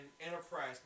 Enterprise